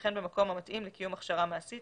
וכן במקום המתאים לקיום הכשרה מעשית